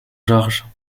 georges